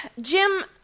jim